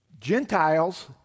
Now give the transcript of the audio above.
Gentiles